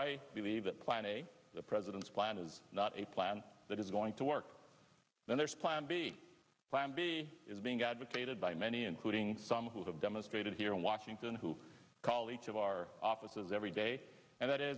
i believe that plan a the president's plan is not a plan that is going to work and there's plan b plan b is being advocated by many including some who have demonstrated here in washington who call each of our offices every day and that i